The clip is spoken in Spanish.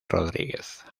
rodríguez